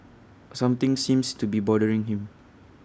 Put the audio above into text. something seems to be bothering him